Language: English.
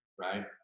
right